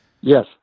Yes